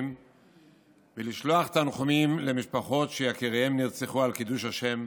ולשלוח תנחומים למשפחות שיקיריהם נרצחו על קידוש השם.